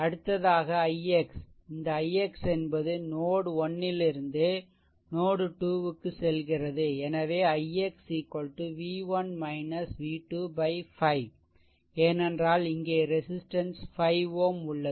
அடுத்ததாக ix இந்த ix என்பது நோட்1 லிருந்து நோட்2 க்கு செல்கிறது எனவே ix v1 v2 5 ஏனென்றால் இங்கே ரெசிஸ்டன்ஷ் 5 Ω உள்ளது